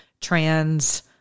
trans